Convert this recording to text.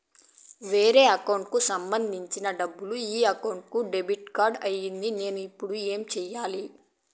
వేరే అకౌంట్ కు సంబంధించిన డబ్బు ఈ అకౌంట్ కు డెబిట్ అయింది నేను ఇప్పుడు ఏమి సేయాలి